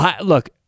Look